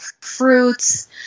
fruits